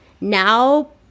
NOW